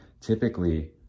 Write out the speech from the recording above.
Typically